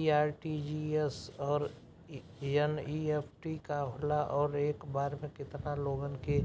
इ आर.टी.जी.एस और एन.ई.एफ.टी का होला और एक बार में केतना लोगन के